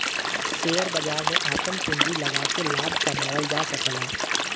share बाजार में आपन पूँजी लगाके लाभ कमावल जा सकला